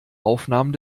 aufnahmen